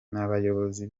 nabayobozi